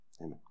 amen